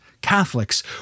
Catholics